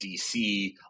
dc